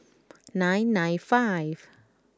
nine nine five